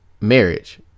marriage